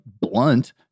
blunt